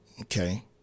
Okay